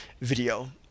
video